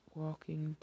walking